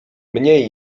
mniej